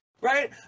Right